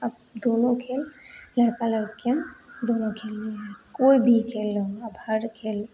अब दोनों खेल लड़का लड़कियाँ दोनों है कोई भी खेल हो अब हर खेल